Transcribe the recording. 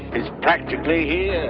practically